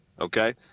Okay